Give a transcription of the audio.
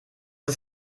ist